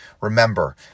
Remember